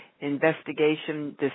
Investigation